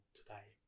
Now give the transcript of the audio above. today